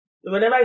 whenever